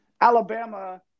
alabama